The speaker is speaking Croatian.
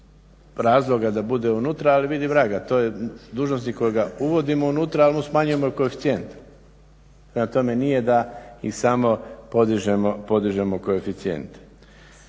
razloga da bude unutra. Ali vidi vraga! To je dužnosnik kojeg uvodimo unutra, al' mu smanjujemo i koeficijent. Prema tome, nije da im samo podižemo koeficijente.